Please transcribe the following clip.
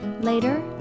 Later